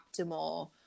optimal